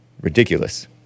Ridiculous